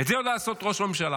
את זה יודע לעשות ראש הממשלה,